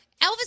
Elvis